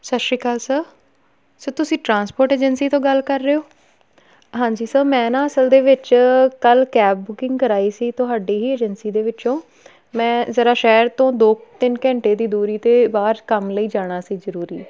ਸਤਿ ਸ਼੍ਰੀ ਅਕਾਲ ਸਰ ਤੁਸੀਂ ਟਰਾਂਸਪੋਰਟ ਏਜੰਸੀ ਤੋਂ ਗੱਲ ਕਰ ਰਹੇ ਹੋ ਹਾਂਜੀ ਸਰ ਮੈਂ ਨਾ ਅਸਲ ਦੇ ਵਿੱਚ ਕੱਲ੍ਹ ਕੈਬ ਬੁਕਿੰਗ ਕਰਵਾਈ ਸੀ ਤੁਹਾਡੀ ਹੀ ਏਜੰਸੀ ਦੇ ਵਿੱਚੋਂ ਮੈਂ ਜ਼ਰਾ ਸ਼ਹਿਰ ਤੋਂ ਦੋ ਤਿੰਨ ਘੰਟੇ ਦੀ ਦੂਰੀ 'ਤੇ ਬਾਹਰ ਕੰਮ ਲਈ ਜਾਣਾ ਸੀ ਜ਼ਰੂਰੀ